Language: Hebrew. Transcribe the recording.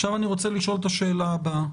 עכשיו אני רוצה לשאול את השאלה הבאה